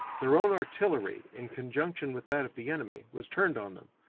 their own artillery in conjunction with that of the enemy, was turned on them,